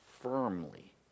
firmly